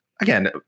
again